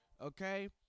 okay